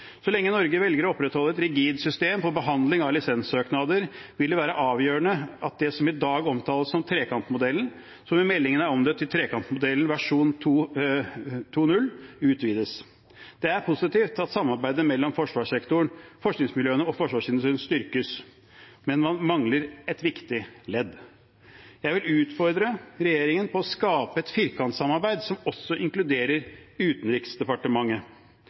Så lenge Norge velger å opprettholde et rigid system for behandling av lisenssøknader, vil det være avgjørende at det som i dag omtales som trekantmodellen, som i meldingen er omdøpt til «Trekantmodell versjon 2.0», utvides. Det er positivt at samarbeidet mellom forsvarssektoren, forskningsmiljøene og forsvarsindustrien styrkes, men man mangler et viktig ledd. Jeg vil utfordre regjeringen til å skape et firkantsamarbeid, som også inkluderer Utenriksdepartementet.